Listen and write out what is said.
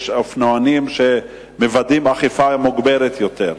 יש אופנועים שמוודאים אכיפה מוגברת יותר.